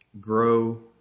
Grow